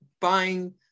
buying